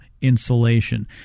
insulation